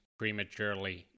prematurely